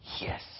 yes